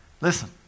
listen